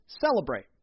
celebrate